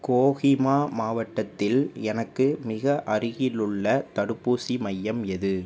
கோஹிமா மாவட்டத்தில் எனக்கு மிக அருகிலுள்ள தடுப்பூசி மையம் எது